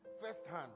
firsthand